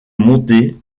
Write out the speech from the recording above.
monter